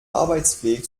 arbeitsweg